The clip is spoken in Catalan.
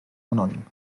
anònim